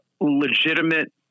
legitimate